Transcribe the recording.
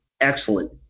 excellent